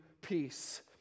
peace